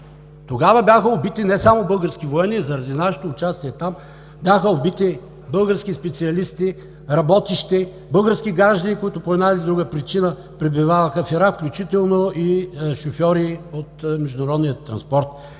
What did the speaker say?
Тогава бяха убити не само български военни, а заради нашето участие там бяха убити работещи български специалисти, български граждани, които по една или друга причина пребиваваха в Ирак, включително и шофьори от международния транспорт.